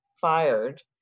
fired